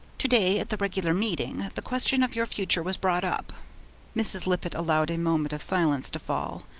to-day at the regular meeting, the question of your future was brought up mrs. lippett allowed a moment of silence to fall,